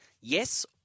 Yes